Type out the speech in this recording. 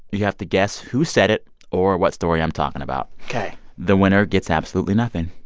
you have to guess who said it or what story i'm talking about ok the winner gets absolutely nothing.